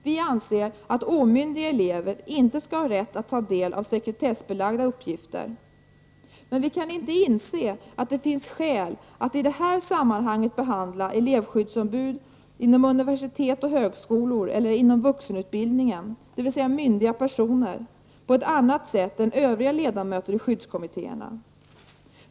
Vi anser att omyndiga elever inte skall ha rätt att ta del av sekretessbelagda uppgifter. Men vi kan inte inse att det finns skäl att i det här sammanhanget behandla elevskyddsombud inom universitet och högskolor eller inom vuxenutbildningen, dvs. myndiga personer, på ett annat sätt än övriga ledamöter i skyddskommittéerna.